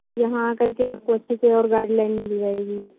यहाँ आकर के आपको अच्छे से और गाइडलाइन मिल जाएगी